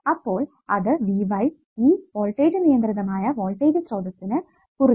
അപ്പോൾ അത് Vy ഈ വോൾടേജ് നിയന്ത്രിതമായ വോൾടേജ് സ്രോതസ്സിനു കുറുകെ